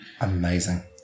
Amazing